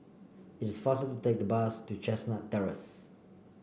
it is faster to take the bus to Chestnut Terrace